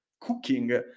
cooking